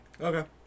Okay